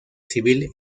civil